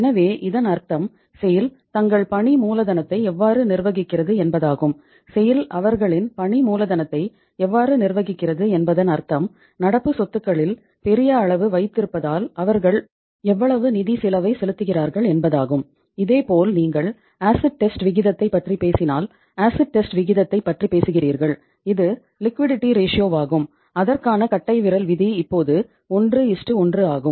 எனவே இதன் அர்த்தம் செய்ல் அதற்கான கட்டைவிரல் விதி இப்போது 11 ஆகும்